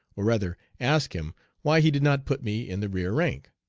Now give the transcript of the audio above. or rather ask him why he did not put me in the rear rank.